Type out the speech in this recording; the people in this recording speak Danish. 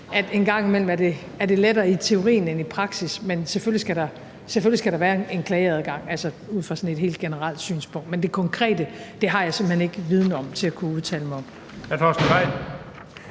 at en gang imellem er det lettere i teorien end i praksis, men selvfølgelig skal der være en klageadgang ud fra et helt generelt synspunkt. Men det konkrete har jeg simpelt hen ikke viden om til at kunne udtale mig om.